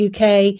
UK